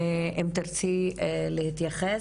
אם תירצי להתייחס,